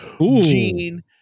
Gene